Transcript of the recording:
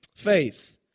Faith